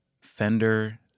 Fender